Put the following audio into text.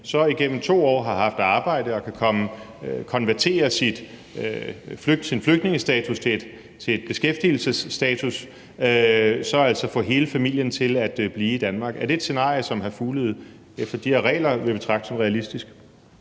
igennem 2 år har haft arbejde, kan konvertere sin flygtningestatus til en beskæftigelsesstatus og altså få hele familien til at blive i Danmark? Er det et scenarie, som hr. Mads Fuglede efter de her regler vil betragte som realistisk?